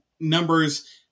numbers